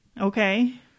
Okay